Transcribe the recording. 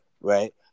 Right